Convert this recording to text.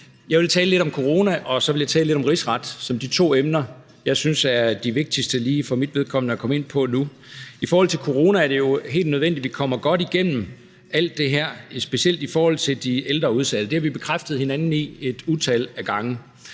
jeg tale lidt om corona, og så vil jeg tale lidt om rigsretten, som er de to emner, som jeg for mit vedkommende synes er de vigtigste at komme ind på. I forhold til coronaen er det helt nødvendigt, at vi kommer godt igennem alt det her, specielt i forhold til de ældre udsatte. Det har vi et utal af gange